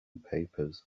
papers